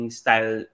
style